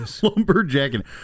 lumberjacking